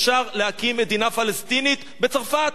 אפשר להקים מדינה פלסטינית בצרפת,